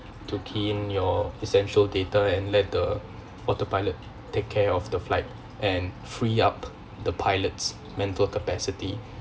to key in your essential data and let the autopilot take care of the flight and free up the pilots mental capacity